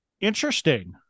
Interesting